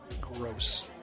gross